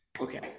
Okay